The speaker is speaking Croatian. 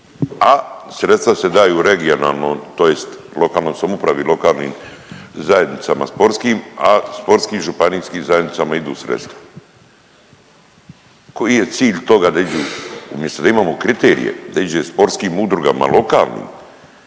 a sredstva se daju regionalnoj tj. lokalnoj samoupravi, lokalnim zajednicama sportskim, a sportskim županijskim zajednicama idu sredstva. Koji je cilj toga da iđu, umjesto da imamo kriterije da iđe sportskim udrugama lokalnim,